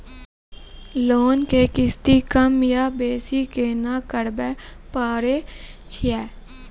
Loan के किस्ती कम या बेसी केना करबै पारे छियै?